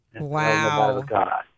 Wow